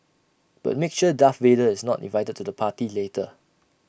but make sure Darth Vader is not invited to the party later